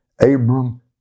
Abram